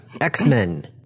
x-men